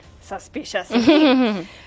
Suspicious